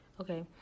okay